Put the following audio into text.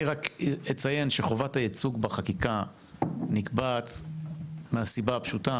אני רק אציין שחובת הייצוג בחקיקה נקבעת מהסיבה הפשוטה